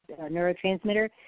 neurotransmitter